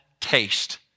taste